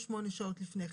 מ-48 שעות לפני כן.